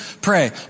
pray